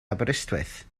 aberystwyth